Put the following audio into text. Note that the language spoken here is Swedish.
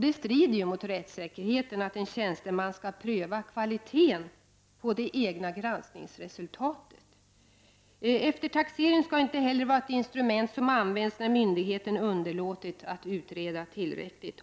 Det strider mot rättssäkerheten att en tjänsteman skall pröva kvaliteten på det egna granskningsresultatet. Eftertaxering skall inte heller vara ett instrument som används när myndigheten underlåtit att utreda tillräckligt.